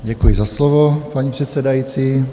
Děkuji za slovo, paní předsedající.